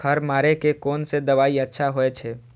खर मारे के कोन से दवाई अच्छा होय छे?